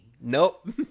Nope